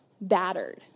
battered